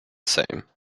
same